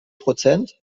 prozent